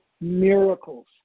miracles